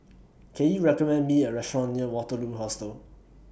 Can YOU recommend Me A Restaurant near Waterloo Hostel